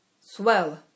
swell